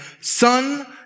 son